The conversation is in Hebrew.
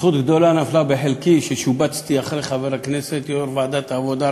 זכות גדולה נפלה בחלקי ששובצתי אחרי חבר הכנסת יושב-ראש ועדת העבודה,